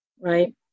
right